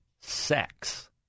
sex